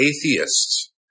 atheists